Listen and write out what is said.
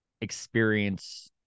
experience